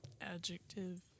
Adjective